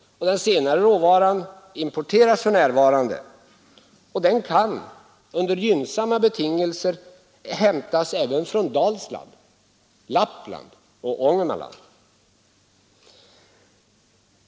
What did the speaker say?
Den senare råvaran importeras för närvarande men kan under gynnsamma betingelser hämtas även från Dalsland, Lappland och Ångermanland.